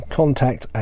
contact